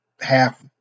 half